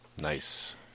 Nice